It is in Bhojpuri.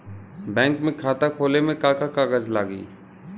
बैंक में खाता खोले मे का का कागज लागी?